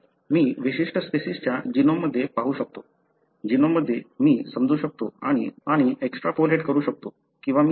तर मी विशिष्ट स्पेसिसच्या जीनोममध्ये पाहू शकतो जीनोममध्ये मी समजू शकतो आणि एक्सट्रापोलेट करू शकतो किंवा मी स्पेसिसमध्ये तुलना करू शकतो